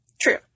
True